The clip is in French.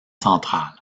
centrale